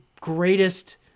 greatest